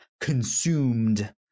consumed